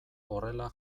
horrela